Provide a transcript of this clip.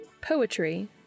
Poetry